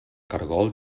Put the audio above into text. caragol